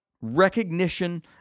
recognition